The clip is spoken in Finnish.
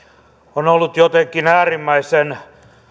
on ollut jotenkin äärimmäisen